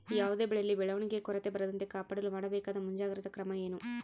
ಯಾವುದೇ ಬೆಳೆಯಲ್ಲಿ ಬೆಳವಣಿಗೆಯ ಕೊರತೆ ಬರದಂತೆ ಕಾಪಾಡಲು ಮಾಡಬೇಕಾದ ಮುಂಜಾಗ್ರತಾ ಕ್ರಮ ಏನು?